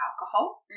alcohol